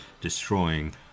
destroying